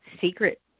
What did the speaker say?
secret